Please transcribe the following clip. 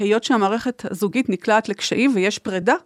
היות שהמערכת הזוגית נקלעת לקשיים ויש פרידה